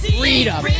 freedom